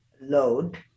load